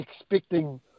expecting